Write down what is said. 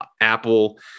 Apple